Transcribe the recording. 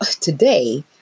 today